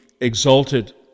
exalted